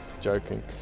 joking